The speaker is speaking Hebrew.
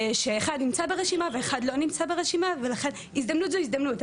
שאחד נמצא ברשימה ואחד לא נמצא ברשימה ולכן הזדמנות זו הזדמנות,